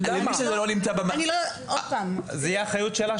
זאת תהיה אחריות שלה.